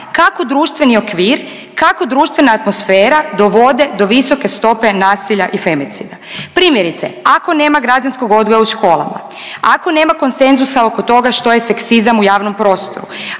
kako društveni okvir i kako društvena atmosfera dovode do visoke stope nasilja i femicida. Primjerice, ako nema građanskog odgoja u školama, ako nema konsenzusa oko toga što je seksizam u javnom prostoru,